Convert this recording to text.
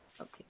Okay